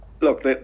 Look